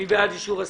מי בעד אישור הסעיפים?